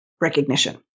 recognition